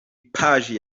paji